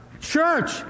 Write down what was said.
Church